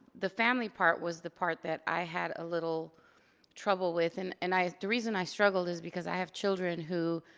the family part was the part that i had a little trouble with and and the reason i struggled is because i have children who,